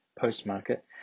post-market